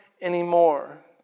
anymore